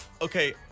Okay